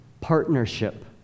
partnership